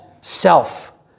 self